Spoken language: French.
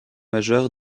majeur